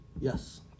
Yes